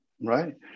Right